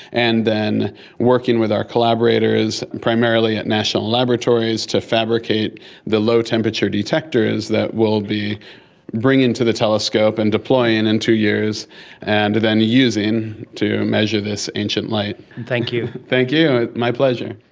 and then working with our collaborators, primarily at national laboratories, to fabricate the low-temperature detectors that we'll be bringing to the telescope and deploying in two years and then using to measure this ancient light. thank you. thank you, my pleasure.